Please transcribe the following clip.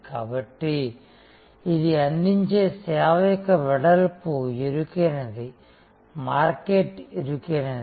కాబట్టి ఇది అందించే సేవ యొక్క వెడల్పు ఇరుకైనది మార్కెట్ ఇరుకైనది